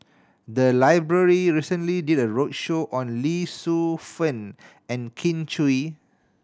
the library recently did a roadshow on Lee Shu Fen and Kin Chui